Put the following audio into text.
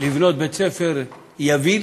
לבנות בית-ספר יביל,